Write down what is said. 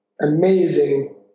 amazing